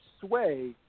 sway